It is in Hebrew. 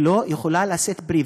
ולא יכולה לשאת פרי,